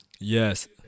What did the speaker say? Yes